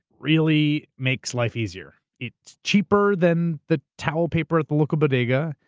really makes life easier. it's cheaper than the towel paper at the local bodega,